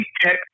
tech